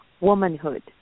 womanhood